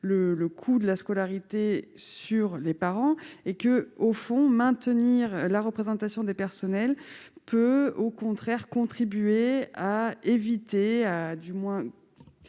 le coût de la scolarité sur les parents et que, au fond, maintenir la représentation des personnels peut au contraire contribuer à éviter, du moins